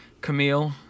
Camille